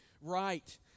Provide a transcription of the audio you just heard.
right